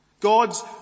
God's